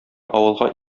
авылга